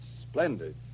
splendid